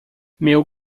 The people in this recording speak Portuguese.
meu